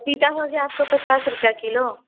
पपीता हो गया आपका पचास रूपया किलो